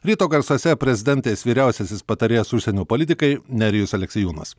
ryto garsuose prezidentės vyriausiasis patarėjas užsienio politikai nerijus aleksiejūnas